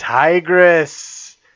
tigress